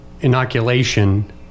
inoculation